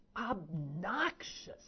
obnoxious